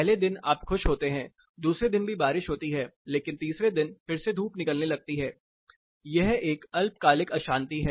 पहले दिन आप खुश होते हैं दूसरे दिन भी बारिश होती है लेकिन तीसरे दिन फिर से धूप निकलने लगती है यह एक अल्पकालिक अशांति है